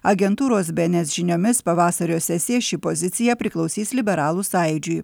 agentūros bns žiniomis pavasario sesiją ši pozicija priklausys liberalų sąjūdžiui